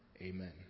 Amen